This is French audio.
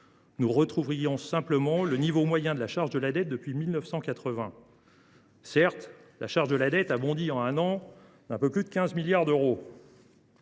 nous retrouverions simplement le niveau moyen de la charge de la dette depuis 1980. Certes, cette charge a bondi en un an d’un peu plus de 15 milliards d’euros.